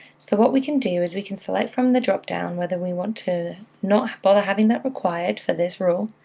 so what we can do is we can select from the dropdown whether we want to not but having that required for this rule,